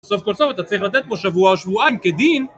סוף כל סוף אתה צריך לתת לו שבוע שבועיים כדין